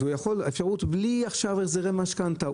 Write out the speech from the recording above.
אז האפשרות בלי עכשיו החזרי משכנתא.